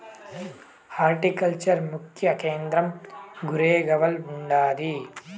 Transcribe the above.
horticulture ముఖ్య కేంద్రం గురేగావ్ల ఉండాది